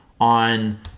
on